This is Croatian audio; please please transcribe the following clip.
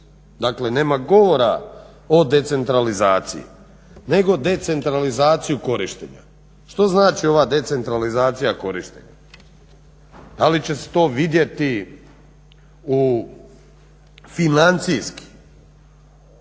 dakle nema govora o decentralizaciji nego decentralizaciju korištenja. Što znači ova decentralizacija korištenja, da li će se to vidjeti financijski.